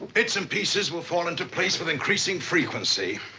bits and pieces will fall into place with increasing frequency,